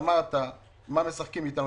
אמרת אז: מה משחקים איתנו,